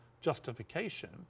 justification